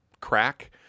crack